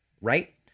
Right